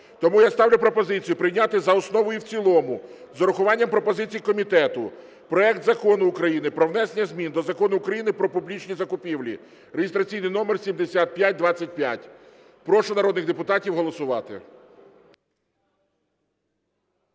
Тому я ставлю пропозицію прийняти за основу і в цілому з урахуванням пропозицій комітету проект Закону України про внесення змін до Закону України "Про публічні закупівлі" (реєстраційний номер 7525). Прошу народних депутатів голосувати.